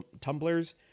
tumblers